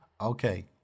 Okay